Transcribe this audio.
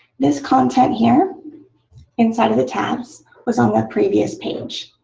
this content here inside of the tabs was on the previous page.